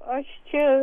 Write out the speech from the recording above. aš čia